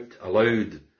aloud